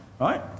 right